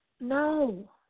No